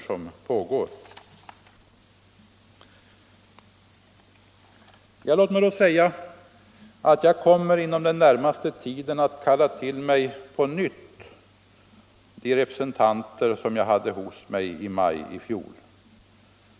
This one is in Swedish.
Låt mig då säga att jag inom den närmaste tiden kommer att kalla till mig på nytt de representanter som jag hade hos mig i maj i fjol.